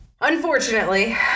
Unfortunately